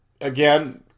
again